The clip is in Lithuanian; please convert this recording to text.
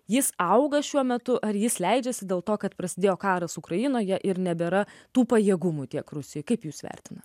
jis auga šiuo metu ar jis leidžiasi dėl to kad prasidėjo karas ukrainoje ir nebėra tų pajėgumų tiek rusija kaip jūs vertina